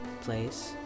place